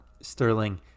Sterling